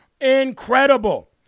Incredible